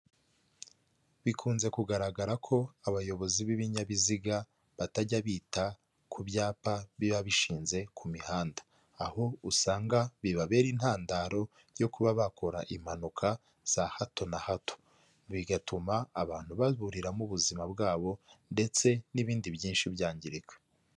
Bikunze kugaragara ko abayobozi b'ibinyabiziga batajya bita ku byapa biba bishinze ku mihanda aho usanga bibabera intandaro yo kuba bakora impanuka za hato na hato bigatuma abantu baburiramo ubuzima bwabo ndetse n'ibindi byinshi byangirika.